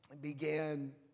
began